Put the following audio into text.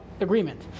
agreement